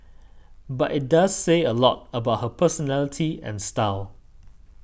but it does say a lot about her personality and style